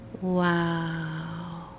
Wow